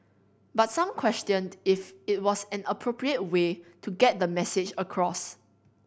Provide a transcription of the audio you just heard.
but some questioned if it was an appropriate way to get the message across